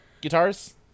guitars